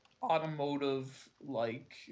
automotive-like